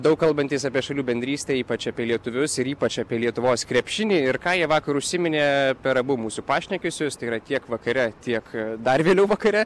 daug kalbantys apie šalių bendrystę ypač apie lietuvius ir ypač apie lietuvos krepšinį ir ką jie vakar užsiminė per abu mūsų pašnekesius tai yra tiek vakare tiek dar vėliau vakare